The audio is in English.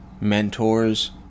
mentors